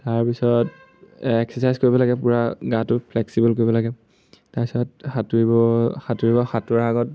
তাৰপিছত এক্সাৰচাইজ কৰিব লাগে পূৰা গাটো ফ্লেক্সিবল কৰিব লাগে তাৰপিছত সাঁতুৰিব সাঁতুৰিব সাঁতোৰাৰ আগত